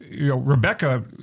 Rebecca